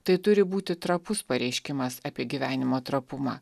tai turi būti trapus pareiškimas apie gyvenimo trapumą